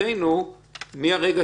עדיין האיש, לפי החוק הקודם, לא